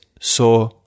saw